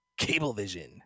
Cablevision